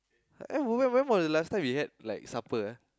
when when when was the last time we had like supper ah